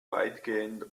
weitgehend